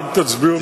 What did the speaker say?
אתם תצביעו,